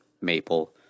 maple